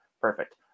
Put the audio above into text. Perfect